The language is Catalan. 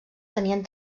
tenien